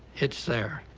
it's there.